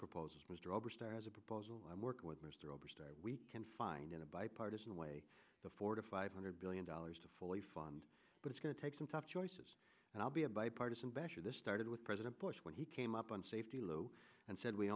oberstar as a proposal i work with mr oberstar we can find in a bipartisan way the four to five hundred billion dollars to fully fund but it's going to take some tough choices and i'll be a bipartisan basher this started with president bush when he came up on safety lou and said we